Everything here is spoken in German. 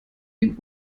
dem